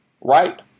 right